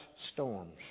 storms